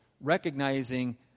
recognizing